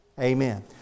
Amen